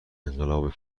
انقلاب